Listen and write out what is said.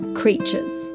creatures